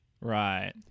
Right